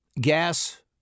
gas